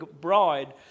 bride